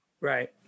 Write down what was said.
right